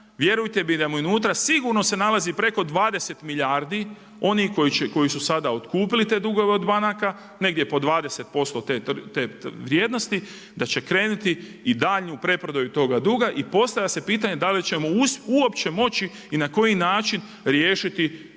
se ne razumije./…sigurno se nalazi opreko 20 milijardi onih koji su sada otkupili te dugove od banaka, negdje po 20% te vrijednosti da će krenuti i daljnju preprodaju tog duga i postavlja se pitanje da li ćemo uopće moći i na koji način riješiti